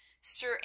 sir